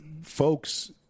folks